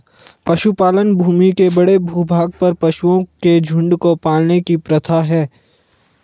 पशुपालन भूमि के बड़े भूभाग पर पशुओं के झुंड को पालने की प्रथा है